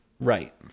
Right